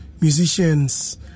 musicians